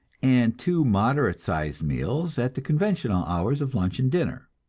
and two moderate-sized meals at the conventional hours of lunch and dinner.